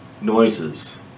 noises